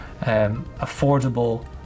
affordable